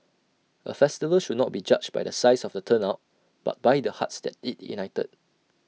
A festival should not be judged by the size of the turnout but by the hearts that IT ignited